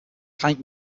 kite